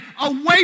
away